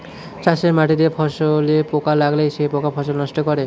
চাষের মাটিতে ফসলে পোকা লাগলে সেই পোকা ফসল নষ্ট করে